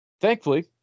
Thankfully